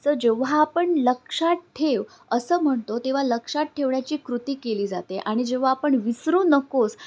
so जेव्हा आपण लक्षात ठेव असं म्हणतो तेव्हा लक्षात ठेवण्याची कृती केली जाते आणि जेव्हा आपण विसरू नकोस